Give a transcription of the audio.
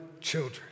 children